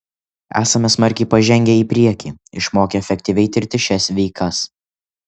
esame smarkiai pažengę į priekį išmokę efektyviai tirti šias veikas